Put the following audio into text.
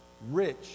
Rich